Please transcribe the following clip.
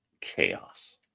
chaos